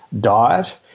diet